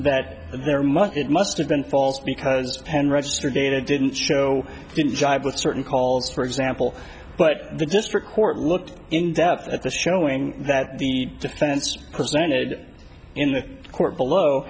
that there must it must have been false because pen register data didn't show didn't jive with certain calls for example but the district court looked in depth at the showing that the defense presented in the court below